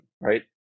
right